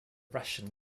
russian